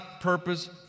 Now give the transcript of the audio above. purpose